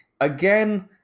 again